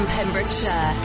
Pembrokeshire